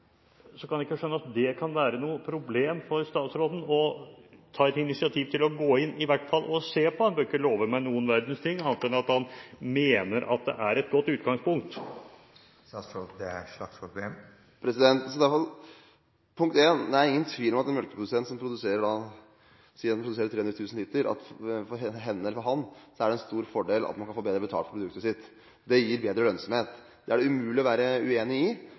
kan jeg ikke skjønne at det kan være noe problem for statsråden å ta et initiativ til å gå inn og i hvert fall se på det. Han behøver ikke å love meg noen verdens ting annet enn at han mener at det er et godt utgangspunkt. Det er ingen tvil om at for en melkeprodusent som produserer – la meg si – 300 000 liter, er det for henne eller ham en stor fordel at man kan få bedre betalt for produktet sitt. Det gir bedre lønnsomhet. Det er det umulig å være uenig i.